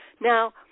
Now